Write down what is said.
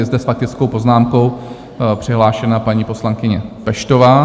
Je zde s faktickou poznámkou přihlášena paní poslankyně Peštová.